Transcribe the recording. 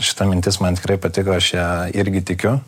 šita mintis man tikrai patiko aš ja irgi tikiu